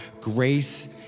grace